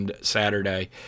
Saturday